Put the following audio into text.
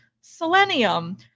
Selenium